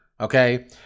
okay